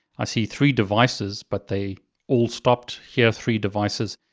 i see three devices, but they all stopped here three devices,